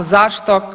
Zašto?